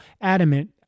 adamant